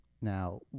Now